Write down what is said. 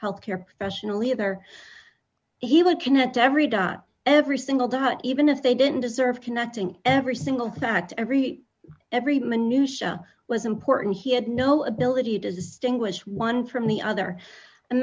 healthcare professional either he would connect every dot every single dot even if they didn't deserve connecting every single fact every every minutiae was important he had no ability to distinguish one from the other a